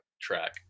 track